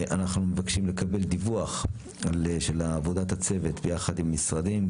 אנחנו מבקשים לקבל דיווח על עבודת הצוות ביחד עם המשרדים.